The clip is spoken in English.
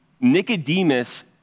Nicodemus